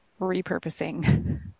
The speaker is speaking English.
repurposing